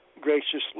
graciously